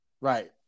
Right